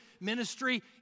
ministry